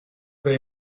they